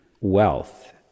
wealth